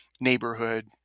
neighborhood